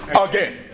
again